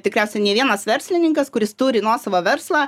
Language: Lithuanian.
tikriausiai ne vienas verslininkas kuris turi nuosavą verslą